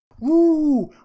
Woo